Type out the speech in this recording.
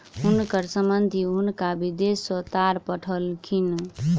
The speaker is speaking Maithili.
हुनकर संबंधि हुनका विदेश सॅ तार पठौलखिन